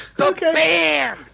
okay